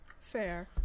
Fair